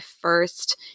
first